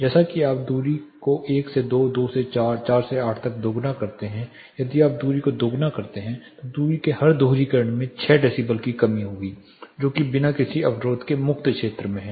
जैसा कि आप दूरी को 1 से 2 2 से 4 4 से 8 तक दोगुना करते हैं यदि आप दूरी को दोगुना करते हैं तो दूरी के हर दोहरीकरण में 6 डेसिबल की कमी होगी जो कि बिना किसी अवरोध के मुक्त क्षेत्र में है